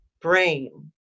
brain